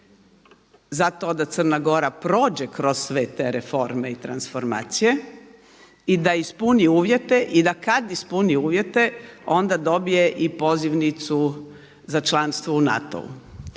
zato da Crna Gora prođe kroz sve te reforme i transformacije i da ispuni uvjete i da kada ispuni uvjete onda dobije i pozivnicu za članstvo u NATO-u.